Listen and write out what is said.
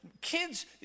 kids